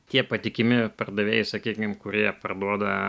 tie patikimi pardavėjai sakykim kurie parduoda